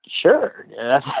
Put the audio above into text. sure